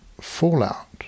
fallout